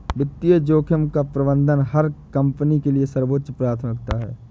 वित्तीय जोखिम का प्रबंधन हर कंपनी के लिए सर्वोच्च प्राथमिकता है